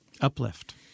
Uplift